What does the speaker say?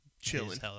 Chilling